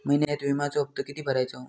महिन्यात विम्याचो हप्तो किती भरायचो?